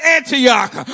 Antioch